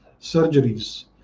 surgeries